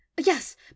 Yes